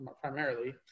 primarily